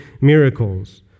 miracles